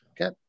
Okay